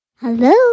Hello